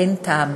אין טעם.